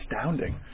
astounding